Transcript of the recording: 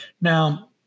Now